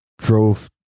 drove